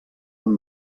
amb